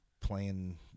playing